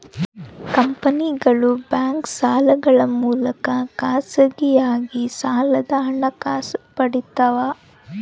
ಕಂಪನಿಗಳು ಬ್ಯಾಂಕ್ ಸಾಲಗಳ ಮೂಲಕ ಖಾಸಗಿಯಾಗಿ ಸಾಲದ ಹಣಕಾಸು ಪಡಿತವ